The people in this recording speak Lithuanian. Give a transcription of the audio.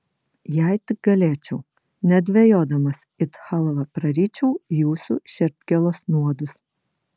jei tik galėčiau nedvejodamas it chalvą praryčiau jūsų širdgėlos nuodus